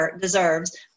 deserves